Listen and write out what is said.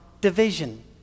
division